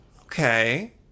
Okay